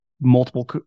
Multiple